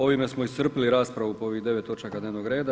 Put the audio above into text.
Ovime smo iscrpili raspravu po ovih 9 točaka dnevnog reda.